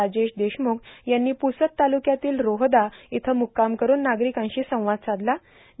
राजेश देशमुख यांनी पुसद तालुक्यातील रोहदा इथं मुक्काम करून नार्गारकांशी संवाद साधला होता